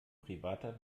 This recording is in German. privater